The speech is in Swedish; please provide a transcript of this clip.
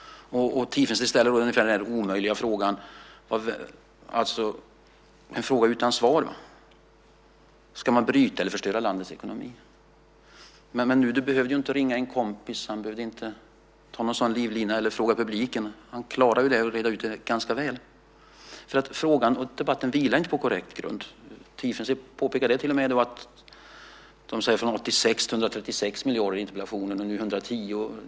Tiefensee ställer en fråga utan svar. Ska man bryta eller förstöra landets ekonomi? Men Nuder behövde inte ringa en kompis. Han behövde inte använda någon sådan livlina eller fråga publiken. Han klarade att reda ut det här ganska väl. Frågan och debatten vilar inte på korrekt grund. Tiefensee nämnde siffror på 86 till 136 miljarder i interpellationen, och nu är det 110.